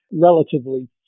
relatively